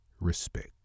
respect